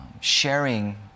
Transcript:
sharing